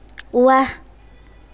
ৱাহ